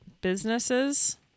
businesses